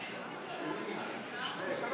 חבר